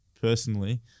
personally